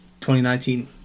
2019